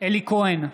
אלי כהן,